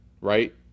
right